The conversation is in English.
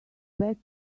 bet